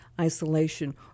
isolation